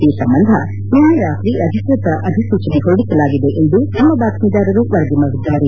ಈ ಸಂಬಂಧ ನಿನ್ನೆ ರಾತ್ರಿ ಅಧಿಕ್ಷತ ಅಧಿಸೂಚನೆ ಹೊರಡಿಸಲಾಗಿದೆ ಎಂದು ನಮ್ನ ಬಾತ್ರೀದರರು ವರದಿ ಮಾಡಿದ್ದಾರೆ